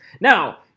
Now